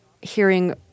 hearing